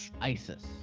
ISIS